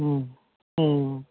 हुँ हूँ